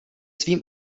svým